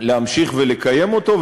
להמשיך ולקיים אותו,